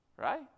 Right